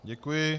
Děkuji.